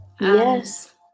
Yes